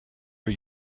for